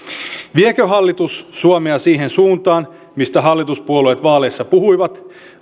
viekö hallitus suomea siihen suuntaan mistä hallituspuolueet vaaleissa puhuivat